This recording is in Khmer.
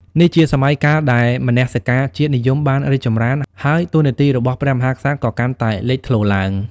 នេះជាសម័យកាលដែលមនសិការជាតិនិយមបានរីកចម្រើន ហើយតួនាទីរបស់ព្រះមហាក្សត្រក៏កាន់តែលេចធ្លោឡើង។